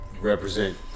Represent